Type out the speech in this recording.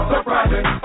Surprising